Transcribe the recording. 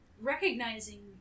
recognizing